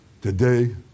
today